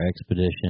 expedition